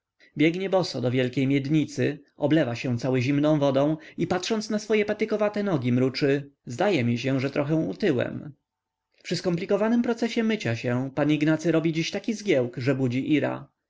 biegnie boso do wielkiej miednicy oblewa się cały zimną wodą i patrząc na swoje patykowate nogi mruczy zdaje mi się że trochę utyłem przy skomplikowanym procesie mycia się pan ignacy robi dziś taki zgiełk że budzi ira